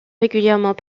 régulièrement